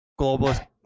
globalist